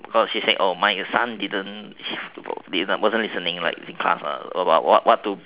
she said my son wasn't listening in class about what to